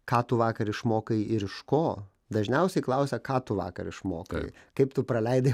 ką tu vakar išmokai ir iš ko dažniausiai klausia ką tu vakar išmokai kaip tu praleidai